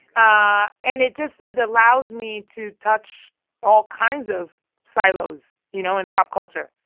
ah and it just it allows me to touch all kinds of silos, you know, in pop culture.